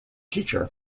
teacher